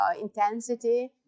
intensity